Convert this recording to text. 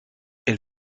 elle